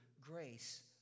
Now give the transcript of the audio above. grace